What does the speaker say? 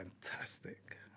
fantastic